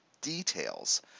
details